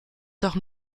doch